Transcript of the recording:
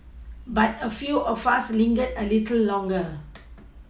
but a few of us lingered a little longer